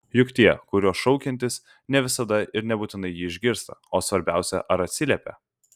juk tie kuriuos šaukiantis ne visada ir nebūtinai jį išgirstą o svarbiausia ar atsiliepią